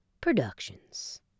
Productions